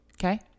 Okay